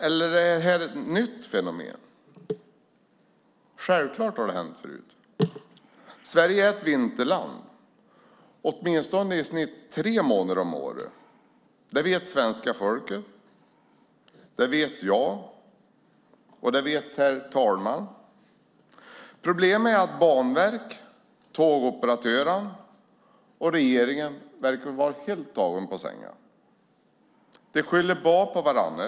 Eller är det ett nytt fenomen? Självklart har det hänt förut. Sverige är ett vinterland, åtminstone i snitt tre månader om året. Det vet svenska folket, det vet jag och det vet herr talman. Problemet är att Banverket, tågoperatörerna och regeringen verkar ha blivit helt tagna på sängen. De skyller på varandra.